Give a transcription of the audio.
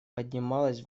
поднималась